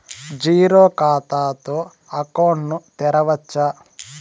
Zero ఖాతా తో account ను తెరవచ్చా?